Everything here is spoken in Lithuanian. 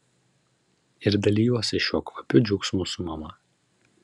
ir dalijuosi šiuo kvapiu džiaugsmu su mama